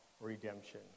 redemption